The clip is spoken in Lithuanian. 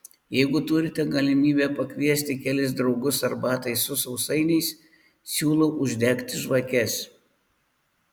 jeigu turite galimybę pakviesti kelis draugus arbatai su sausainiais siūlau uždegti žvakes